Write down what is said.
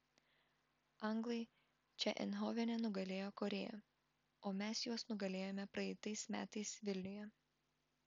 anglai čia eindhovene nugalėjo korėją o mes juos nugalėjome praeitais metais vilniuje